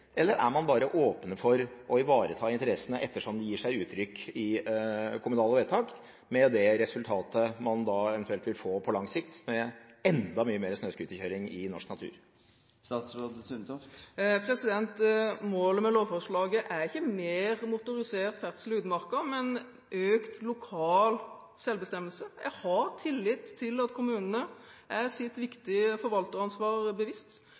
Eller er man bare åpne for å ivareta interessene ettersom de gir seg uttrykk i kommunale vedtak, med det resultatet man da eventuelt vil få på lang sikt med enda mye mer snøscooterkjøring i norsk natur? Målet med lovforslaget er ikke mer motorisert ferdsel i utmarka, men økt lokal selvbestemmelse. Jeg har tillit til at kommunene er seg sitt viktige forvalteransvar bevisst.